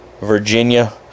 Virginia